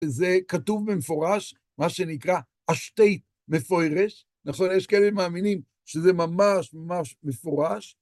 וזה כתוב במפורש, מה שנקרא השתי מפוירש, נכון? יש כאלה שמאמינים שזה ממש ממש מפורש.